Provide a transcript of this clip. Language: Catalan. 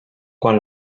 quan